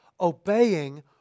obeying